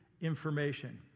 information